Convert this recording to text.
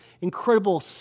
incredible